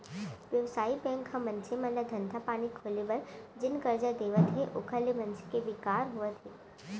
बेवसायिक बेंक ह मनसे मन ल धंधा पानी खोले बर जेन करजा देवत हे ओखर ले मनसे के बिकास होवत हे